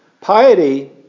Piety